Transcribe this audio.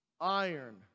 iron